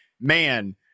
man